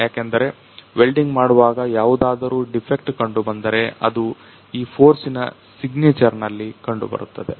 ಯಾಕಂದ್ರೆ ವೆಲ್ಡಿಂಗ್ ಮಾಡುವಾಗ ಯಾವುದಾದ್ರು ಡಿಫೆಕ್ಟ್ ಕಂಡುಬಂದರೆ ಅದು ಈ ಫೋರ್ಸಿನ ಸಿಗ್ನೇಚರ್ ನಲ್ಲಿ ಕಂಡುಬರುತ್ತದೆ